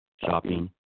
shopping